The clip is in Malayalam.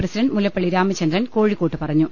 പ്രസിഡന്റ് മുല്ലപ്പള്ളി രാമചന്ദ്രൻ കോഴിക്കോട്ട് പറഞ്ഞു